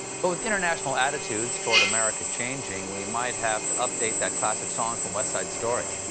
but with international attitudes toward america changing we might have to update that classic song from west side story.